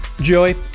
Joey